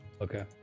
Okay